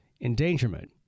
endangerment